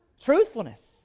Truthfulness